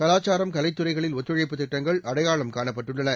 கலாச்சாரம் கலைத் துறைகளில் ஒத்துழைப்பு திட்டங்கள் அடையாளம் காணப்பட்டுள்ளன